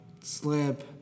slip